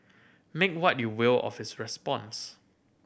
make what you will of his response